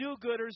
do-gooders